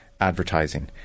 advertising